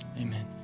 Amen